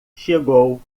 chegou